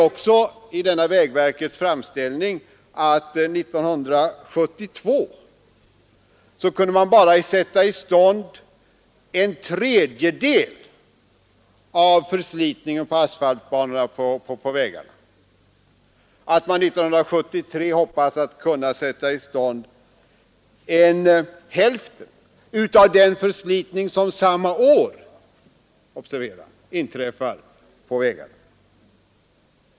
I denna vägverkets framställning sägs också att år 1972 kunde man bara sätta i stånd en tredjedel av förslitningen på asfaltbanorna på vägarna samt att man år 1973 hoppas kunna sätta i stånd hälften av den förslitning som inträffar på vägarna samma år.